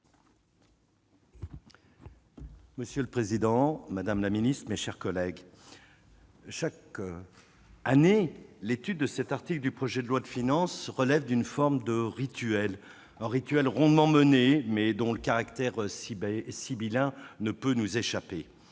Monsieur le président, madame la secrétaire d'État, mes chers collègues, chaque année, l'examen de cet article du projet de loi de finances relève d'une forme de rituel- un rituel rondement mené, mais dont le caractère sibyllin ne peut nous échapper.